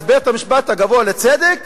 אז בית-המשפט הגבוה לצדק